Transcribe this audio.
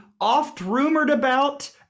oft-rumored-about